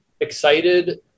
excited